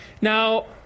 Now